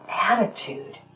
attitude